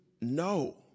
No